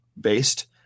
based